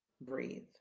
breathe